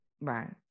Right